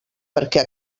perquè